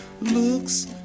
looks